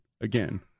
again